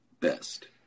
best